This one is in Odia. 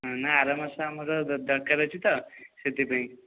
ନା ଆର ମାସରେ ଆମର ଦରକାର ଅଛିତ ସେଥିପାଇଁ